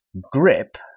grip